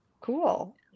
cool